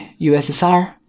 USSR